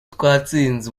twatsinze